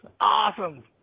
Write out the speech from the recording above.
awesome